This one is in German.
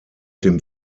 dem